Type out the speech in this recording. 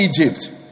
Egypt